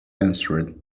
answered